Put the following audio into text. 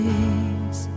Days